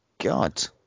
God